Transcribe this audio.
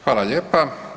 Hvala lijepa.